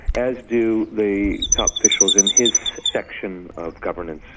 as do the top officials in his section of governance.